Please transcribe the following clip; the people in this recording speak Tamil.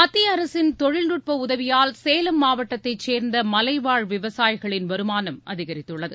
மத்திய அரசின் தொழில்நுட்ப உதவியால் சேலம் மாவட்டத்தைச் சேர்ந்த மலைவாழ் விவசாயிகளின் வருமானம் அதிகரித்துள்ளது